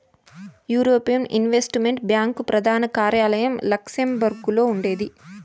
European investment bank ప్రదాన కార్యాలయం లక్సెంబర్గులో ఉండాది